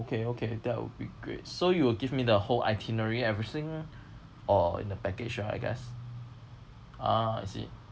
okay okay that would be great so you will give me the whole itinerary everything or in the package ya I guess ah I see